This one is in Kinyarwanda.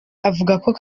avuga